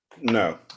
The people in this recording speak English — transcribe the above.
no